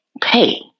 pay